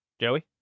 Joey